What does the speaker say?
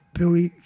Billy